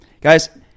Guys